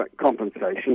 compensation